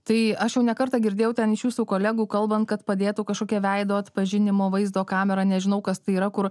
tai aš jau ne kartą girdėjau ten iš jūsų kolegų kalbant kad padėtų kažkokie veido atpažinimo vaizdo kamera nežinau kas tai yra kur